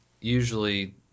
usually